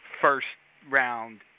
first-round